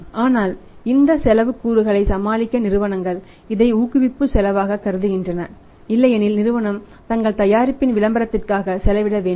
ஆனால் பொதுவாக இந்த செலவுக் கூறுகளைச் சமாளிக்க நிறுவனங்கள் இதை ஊக்குவிப்பு செலவாகக் கருதுகின்றன இல்லையெனில் நிறுவனம் தங்கள் தயாரிப்பின் விளம்பரத்திற்காக செலவிட வேண்டும்